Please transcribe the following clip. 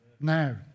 Now